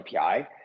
API